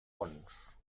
bons